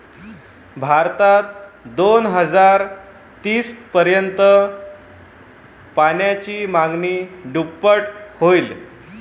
भारतात दोन हजार तीस पर्यंत पाण्याची मागणी दुप्पट होईल